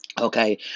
Okay